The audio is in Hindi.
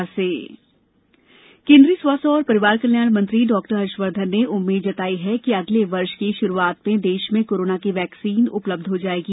कोविड बैठक केन्द्रीय स्वास्थ्य और परिवार कल्याण मंत्री डॉक्टर हर्षवर्धन ने उम्मीद जताई है कि अगले वर्ष श्रूआत में देश में कोरोना की वेक्सीन उपलब्ध हो जाएगी